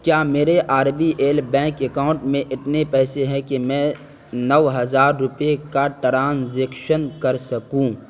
کیا میرے R B L bank account میں اتنے پیسے ہیں کہ میں نو ہزار روپے کا ٹرانزیکشن کر سکوں